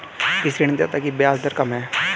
किस ऋणदाता की ब्याज दर कम है?